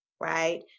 right